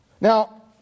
Now